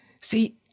See